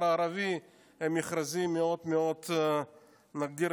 הערבי הם מכרזים מאוד מאוד מורכבים,